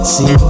See